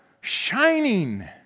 shining